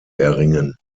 erringen